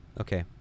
Okay